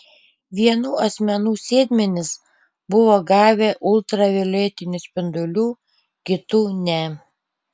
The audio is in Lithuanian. vienų asmenų sėdmenys buvo gavę ultravioletinių spindulių kitų ne